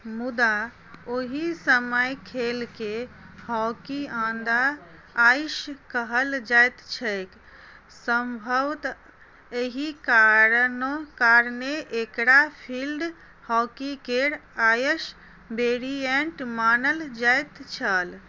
मुदा ओहि समय खेलके हॉकी ऑन द आइस कहल जाइत छैक सम्भवतः एही कारण कारणे एकरा फील्ड हॉकी केर आइस वेरिएन्ट मानल जाइत छल